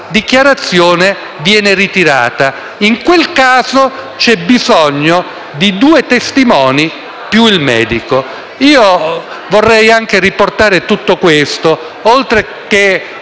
dichiarazione viene ritirata: in quel caso c'è bisogno di due testimoni più il medico. Vorrei riportare tutto questo